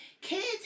Kids